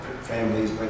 families